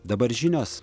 dabar žinios